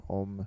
om